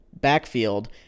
backfield